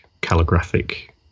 calligraphic